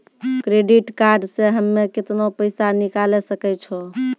Credit card से हम्मे केतना पैसा निकाले सकै छौ?